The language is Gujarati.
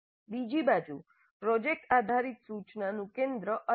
બીજી બાજુ પ્રોજેક્ટ આધારિત સૂચનાનું કેન્દ્ર અલગ છે